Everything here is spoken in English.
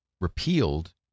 repealed